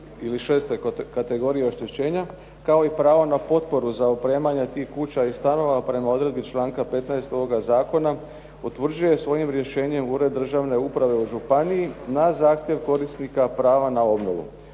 ili šeste kategorije oštećenja kao i prava na potporu za opremanje tih kuća i stanova prema odredbi članka 15. ovoga zakona utvrđuje svojim rješenjem Ured državne uprave u županiji na zahtjev korisnika prava na obnovu.